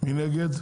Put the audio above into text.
מי נגד?